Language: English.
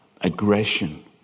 aggression